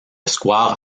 square